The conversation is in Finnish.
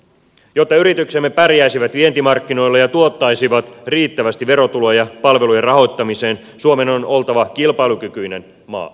jotta yrityksemme pärjäisivät vientimarkkinoilla ja tuottaisivat riittävästi verotuloja palvelujen rahoittamiseen suomen on oltava kilpailukykyinen maa